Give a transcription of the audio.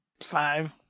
Five